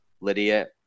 lydia